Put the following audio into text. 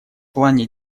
плане